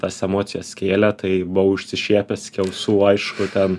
tas emocijas kėlė tai buvau išsišiepęs iki ausų aišku ten